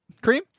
Cream